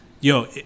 Yo